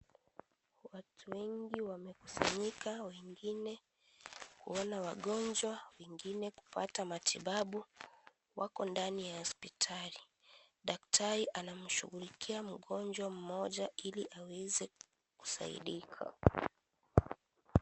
Watu wengi wamekusanyika. Wengine kuona wagonjwa, wengine kupata matibabu. Wako ndani ya hospitali. Daktari anamshughulikia mgonjwa mmoja Ili aweze kusaidika.